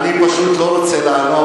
אני פשוט לא רוצה לענות.